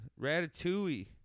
Ratatouille